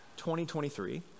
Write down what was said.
2023